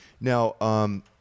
Now